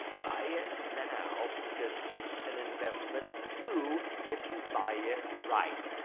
buy it now. because it's an investment too if you buy it right.